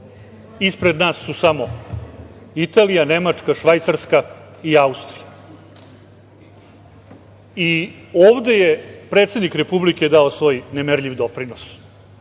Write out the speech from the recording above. Ispred nas su samo Italija, Nemačka, Švajcarska i Austrija. I ovde je predsednik Republike dao svoj nemerljiv doprinos.